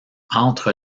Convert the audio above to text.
entre